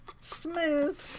smooth